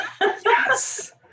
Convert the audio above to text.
Yes